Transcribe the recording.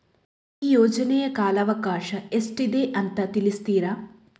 ಈ ಯೋಜನೆಯ ಕಾಲವಕಾಶ ಎಷ್ಟಿದೆ ಅಂತ ತಿಳಿಸ್ತೀರಾ?